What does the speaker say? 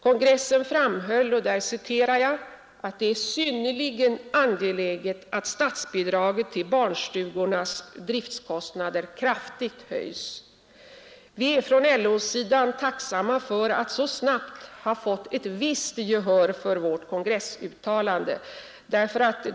Kongressen framhöll att ”det är synnerligen angeläget att statsbidraget till barnstugornas driftkostnader kraftigt höjs”. Vi är från LO-sidan tacksamma för att så snabbt ha fått ett visst gehör för vårt kongressuttalande.